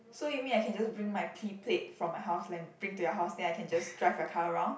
so you mean I can just bring my P plate from my house and bring to your house then I can just drive your car around